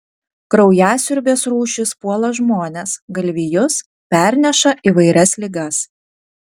kraujasiurbės rūšys puola žmones galvijus perneša įvairias ligas